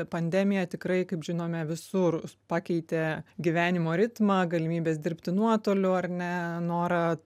pandemija tikrai kaip žinome visur pakeitė gyvenimo ritmą galimybės dirbti nuotoliu ar ne norą